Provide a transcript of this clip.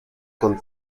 con